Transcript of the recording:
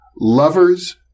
Lovers